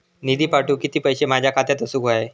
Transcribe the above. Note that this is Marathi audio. निधी पाठवुक किती पैशे माझ्या खात्यात असुक व्हाये?